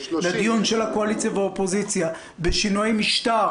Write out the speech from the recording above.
לדיון של הקואליציה ואופוזיציה בשינוי משטר,